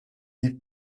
die